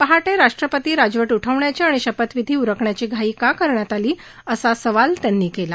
पहापे राष्ट्रपती राजव उठवण्याची आणि शपथविधी उरकण्याची घाई का करण्यात आली असा सवाल त्यांनी केला